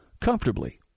comfortably